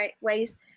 ways